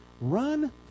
Run